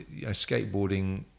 skateboarding